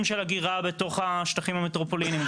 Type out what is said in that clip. של אגירה בתוך השטחים המטרופוליטניים,